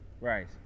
Right